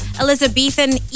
Elizabethan